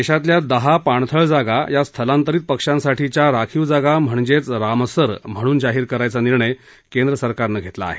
देशातल्या दहा पाणथळ जागा या स्थलांतरीत पक्षांसाठीच्या राखीव जागा म्हणजेच रामसर म्हणून जाहीर करायचा निर्णय केंद्रानं घेतला आहे